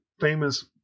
famous